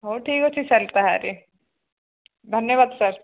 ହଉ ଠିକ୍ ଅଛି ସାର୍ ତାହାଲେ ଧନ୍ୟବାଦ ସାର୍